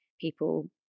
people